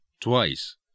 twice